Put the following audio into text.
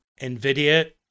NVIDIA